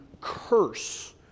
curse